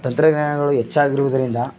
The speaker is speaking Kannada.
ತಂತ್ರಜ್ಞಾನಗಳು ಹೆಚ್ಚಾಗಿರುವುದರಿಂದ